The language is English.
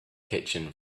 kitchen